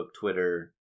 Twitter